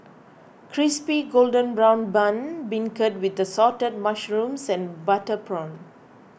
Crispy Golden Brown Bun Beancurd with Assorted Mushrooms and Butter Prawn